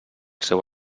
seu